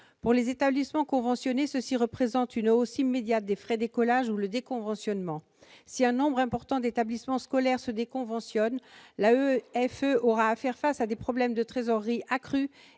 Pour les établissements conventionnés, cela implique une hausse immédiate des frais d'écolage ou le déconventionnement. Si un nombre important d'établissements scolaires se déconventionnent, l'AEFE aura à faire face à des problèmes de trésorerie accrus